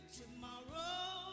tomorrow